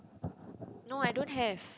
no I don't have